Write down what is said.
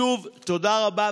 שוב, תודה רבה.